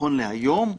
נכון להיום,